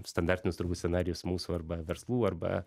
standartinius turbūt scenarijus mūsų arba verslų arba